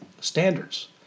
standards